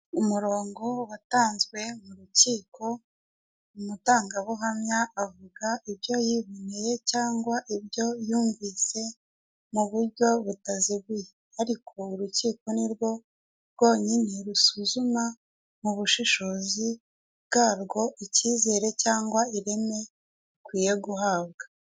Umurongo watanzwe mu rukiko umutangabuhamya avuga ibyo yiboneye cyangwa ibyo yumvise mu buryo butaziguye ariko urukiko ni rwo rwonyine rusuzuma mu bushishozi bwa rwo icyizere cyangwa ireme bikwiye guhabwa.